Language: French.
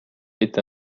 est